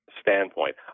standpoint